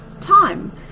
time